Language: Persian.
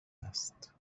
است